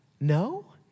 No